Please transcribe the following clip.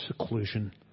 seclusion